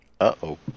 Uh-oh